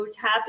tap